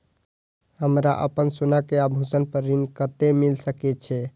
हमरा अपन सोना के आभूषण पर ऋण कते मिल सके छे?